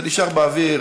זה נשאר באוויר.